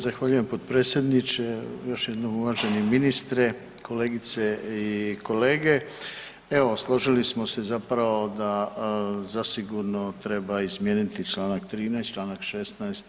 Zahvaljujem potpredsjedniče, još jednom uvaženi ministre, kolegice i kolege, evo složili smo se zapravo da zasigurno treba izmijeniti članak 13., članak 16.